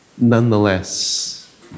nonetheless